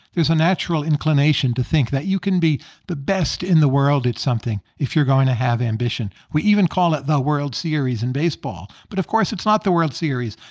there's a natural inclination to think that you can be the best in the world at something if you're going to have ambition. we even call it the world series in baseball, but of course, it's not the world series.